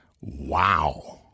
Wow